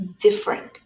different